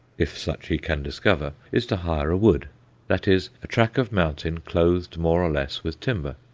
if such he can discover is to hire a wood that is, a track of mountain clothed more or less with timber.